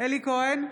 אלי כהן,